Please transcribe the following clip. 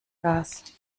gas